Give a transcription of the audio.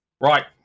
Right